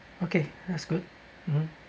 okay that's good mmhmm